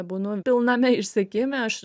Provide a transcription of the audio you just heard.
būnu pilname išsekime aš